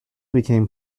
became